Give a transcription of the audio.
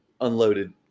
unloaded